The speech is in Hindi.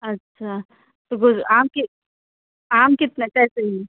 अच्छा तो फिर आम के आम कितना कैसे है